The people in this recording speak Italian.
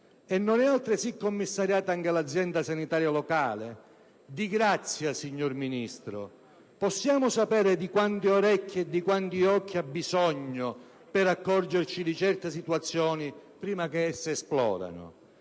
E non è altresì commissariata l'Azienda sanitaria locale? Di grazia, signor Ministro, possiamo sapere di quante orecchie e di quanti occhi ha bisogno per accorgersi di certe situazioni prima che esplodano?